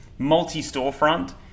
Multi-storefront